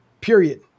period